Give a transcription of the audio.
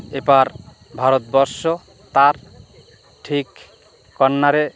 এপার ভারতবর্ষ তার ঠিক কর্নারে